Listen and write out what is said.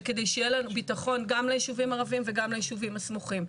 וכדי שיהיה בטחון גם לישובים הערביים וגם לישובים הסמוכים.